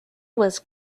was